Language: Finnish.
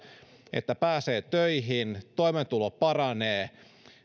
että pääsee töihin toimeentulo paranee